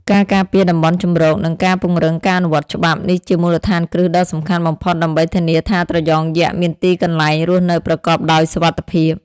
ការការពារតំបន់ជម្រក និងការពង្រឹងការអនុវត្តច្បាប់ នេះជាមូលដ្ឋានគ្រឹះដ៏សំខាន់បំផុតដើម្បីធានាថាត្រយងយក្សមានទីកន្លែងរស់នៅប្រកបដោយសុវត្ថិភាព។